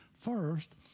First